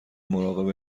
مراقب